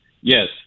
Yes